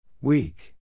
Weak